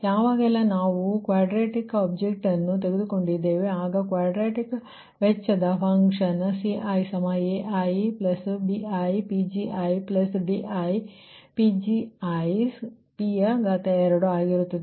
ಯಾವಾಗೆಲ್ಲ ನಾವು ಕ್ವಡ್ರೆಟಿಕ್ ಆಬ್ಜೆಕ್ಟ್ವನ್ನು ತೆಗೆದುಕೊಂಡಿದ್ದೇವೆ ಆಗ ಕ್ವಡ್ರೆಟಿಕ್ ವೆಚ್ಚದ ಫನ್ಕ್ಷನ್ CiaibiPgidiPgi2 ಆಗಿರುತ್ತದೆ